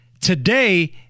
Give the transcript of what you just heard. Today